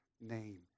name